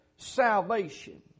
salvation